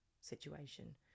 situation